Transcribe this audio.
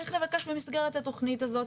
צריך לבקש במסגרת התכנית הזאת.